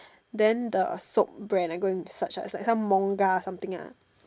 then the soap brand I go and search right it's like some Monga or something ah